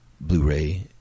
Blu-ray